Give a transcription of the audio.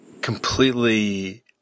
completely